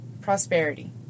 prosperity